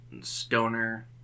stoner